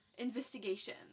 Investigation